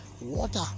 water